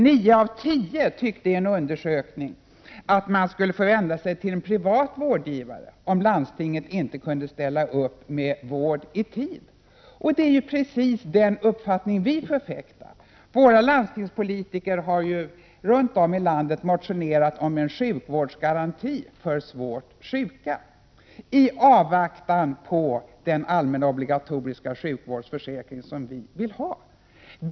Nio av tio tyckte i en undersökning att man skulle få vända sig till en privat vårdgivare om landstinget inte kunde ställa upp med vård i tid. Det är precis den uppfattning vi förfäktar. Våra landstingspolitiker har runtom i landet motionerat om en sjukvårdsgaranti för svårt sjuka, i avvaktan på den allmänna obligatoriska sjukvårdsförsäkring som vi vill ha.